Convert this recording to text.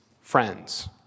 friends